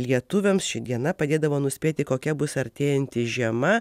lietuviams ši diena padėdavo nuspėti kokia bus artėjanti žiema